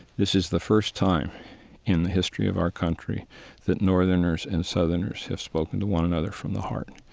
this is the first time in the history of our country that northerners and southerners have spoken to one another from the heart